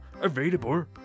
available